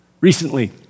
Recently